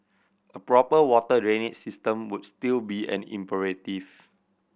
a proper water drainage system would still be an imperatives